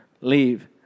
leave